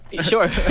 sure